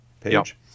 page